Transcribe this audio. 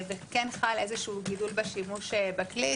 וכן חל איזשהו גידול בשימוש בכלי.